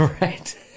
Right